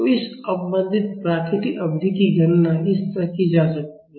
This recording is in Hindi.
तो इस अवमंदित प्राकृतिक अवधि की गणना इस तरह की जा सकती है